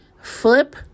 flip